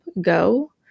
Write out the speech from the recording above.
go